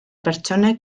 pertsonek